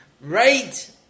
Right